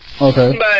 okay